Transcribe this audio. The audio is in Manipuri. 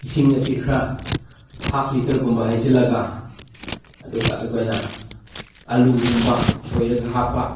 ꯏꯁꯤꯡ ꯑꯁꯤ ꯈꯔ ꯍꯥꯐ ꯂꯤꯇꯔꯒꯨꯝꯕ ꯍꯩꯖꯤꯜꯂꯒ ꯑꯗꯨꯒ ꯑꯩꯈꯣꯏꯅ ꯑꯥꯜꯂꯨꯒꯨꯝꯕ ꯁꯣꯏꯔꯒ ꯍꯥꯞꯄ